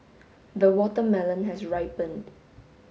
the watermelon has ripened